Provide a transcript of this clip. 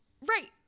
Right